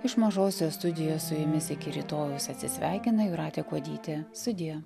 iš mažosios studijos su jumis iki rytojaus atsisveikina jūratė kuodytė sudie